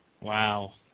Wow